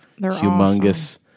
humongous